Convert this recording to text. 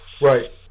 right